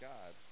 God